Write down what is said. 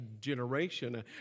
generation